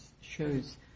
shows